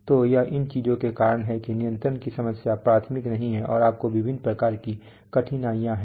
तो यह इन चीजों के कारण है कि नियंत्रण की समस्या प्राथमिक नहीं है और आपको विभिन्न प्रकार की कठिनाइयाँ हैं